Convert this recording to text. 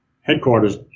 headquarters